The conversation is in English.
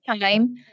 time